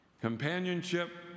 companionship